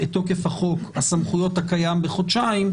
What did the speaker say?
את תוקף חוק הסמכויות הקיים בחודשיים,